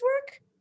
work